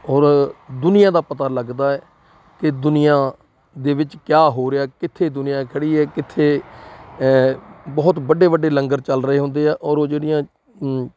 ਔਰ ਦੁਨੀਆਂ ਦਾ ਪਤਾ ਲੱਗਦਾ ਹੈ ਕਿ ਦੁਨੀਆ ਦੇ ਵਿੱਚ ਕਿਆ ਹੋ ਰਿਹਾ ਕਿੱਥੇ ਦੁਨੀਆਂ ਖੜ੍ਹੀ ਹੈ ਕਿੱਥੇ ਬਹੁਤ ਵੱਡੇ ਵੱਡੇ ਲੰਗਰ ਚੱਲ ਰਹੇ ਹੁੰਦੇ ਆ ਔਰ ਉਹ ਜਿਹੜੀਆਂ